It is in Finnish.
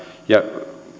ja